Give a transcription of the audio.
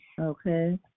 Okay